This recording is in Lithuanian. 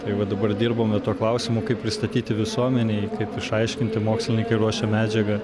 tai va dabar dirbame tuo klausimu kaip pristatyti visuomenei kaip išaiškinti mokslininkai ruošia medžiagą